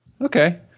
okay